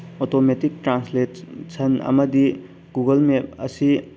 automatic translation ꯑꯃꯗꯤ Google map ꯑꯁꯤ